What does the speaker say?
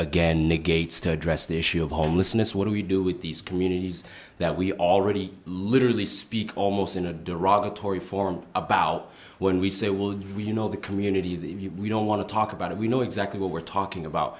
again negates to address the issue of homelessness what do we do with these communities that we already literally speak almost in a derogatory form about when we say will we you know the community the we don't want to talk about it we know exactly what we're talking